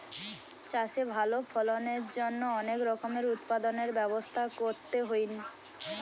চাষে ভালো ফলনের জন্য অনেক রকমের উৎপাদনের ব্যবস্থা করতে হইন